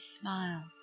smile